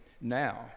now